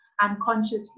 unconsciously